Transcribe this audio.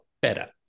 better